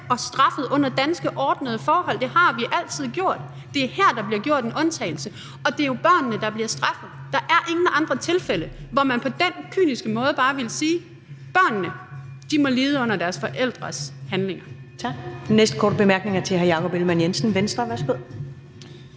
og straffet under danske ordnede forhold – det har vi altid gjort. Det er her, der bliver gjort en undtagelse, og det er jo børnene, der bliver straffet. Der er ingen andre tilfælde, hvor man på den kyniske måde bare ville sige: Børnene må lide under deres forældres handlinger. Kl. 14:58 Første næstformand (Karen Ellemann): Tak. Den